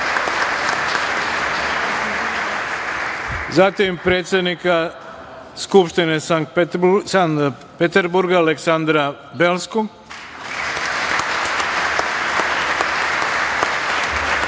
predsednika Skupštine Sankt Petersburga Aleksandra Belskog,